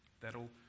That'll